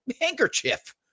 handkerchief